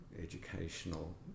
educational